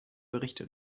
berichte